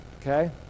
okay